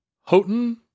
Houghton